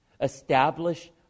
establish